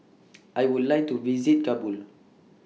I Would like to visit Kabul